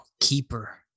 Keeper